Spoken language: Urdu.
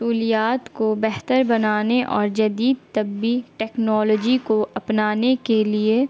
سہولیات کو بہتر بنانے اور جدید طبی ٹیکنالوجی کو اپنانے کے لیے